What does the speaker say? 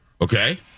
Okay